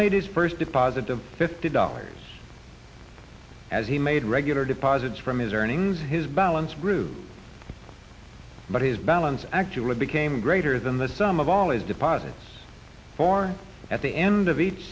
made his first deposit of fifty dollars as he made regular deposits from his earnings his balance grew but his balance actually became greater than the sum of all is deposits for at the end of each